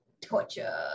torture